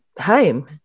home